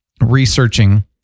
researching